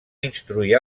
instruir